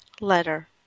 letter